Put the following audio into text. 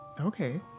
Okay